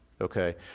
okay